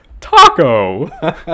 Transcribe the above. taco